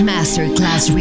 Masterclass